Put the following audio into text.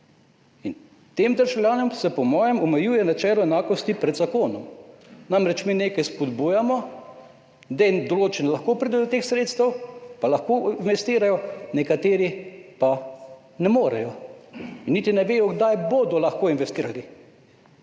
Tem državljanom se po mojem omejuje načelo enakosti pred zakonom. Namreč, mi nekaj spodbujamo, določeni lahko pridejo do teh sredstev pa lahko investirajo, nekateri pa ne morejo in niti ne vedo, kdaj bodo lahko investirali,